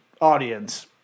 audience